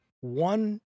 one